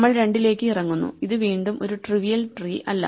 നമ്മൾ രണ്ടിലേക്ക് ഇറങ്ങുന്നു ഇത് വീണ്ടും ഒരു ട്രിവിയൽ ട്രീ അല്ല